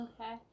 Okay